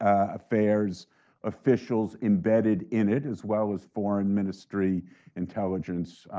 affairs officials embedded in it, as well as foreign ministry intelligence,